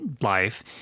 life